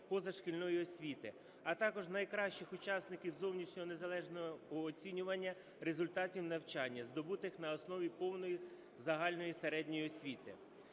позашкільної освіти, а також найкращих учасників зовнішнього незалежного оцінювання результатів навчання, здобутих на основі повної загальної середньої освіти.